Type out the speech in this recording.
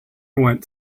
went